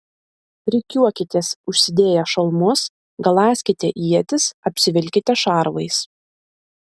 rikiuokitės užsidėję šalmus galąskite ietis apsivilkite šarvais